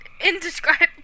indescribable